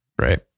right